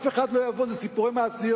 אף אחד לא יבוא, אלה סיפורי מעשיות.